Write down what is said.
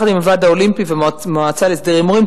יחד עם הוועד האולימפי והמועצה להסדר הימורים,